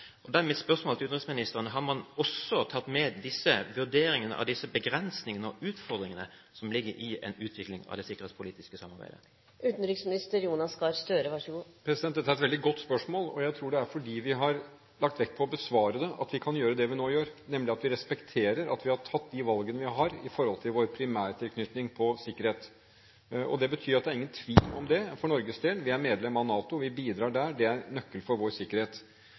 mitt spørsmål til utenriksministeren: Har man også tatt med disse begrensningene og utfordringene som ligger i en utvikling av det sikkerhetspolitiske samarbeidet, med i vurderingen? Dette er et veldig godt spørsmål. Jeg tror det er fordi vi har lagt vekt på å besvare det, at vi kan gjøre det vi nå gjør: Vi respekterer at vi har tatt de valgene vi har, i forhold til vår primærtilknytning når det gjelder sikkerhet. Det betyr at det er ingen tvil om det. For Norges del er vi medlem av NATO. Vi bidrar der. Det er en nøkkel for vår sikkerhet.